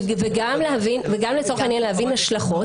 וגם לצורך העניין להבין השלכות.